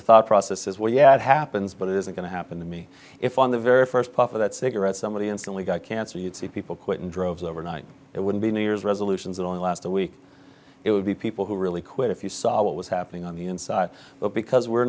the thought process is well yeah happens but it isn't going to happen to me if on the very first puff of that cigarette somebody instantly got cancer you'd see people quit in droves overnight it wouldn't be new year's resolutions it only last a week it would be people who really quit if you saw what was happening on the inside but because we're